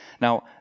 Now